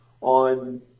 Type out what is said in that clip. on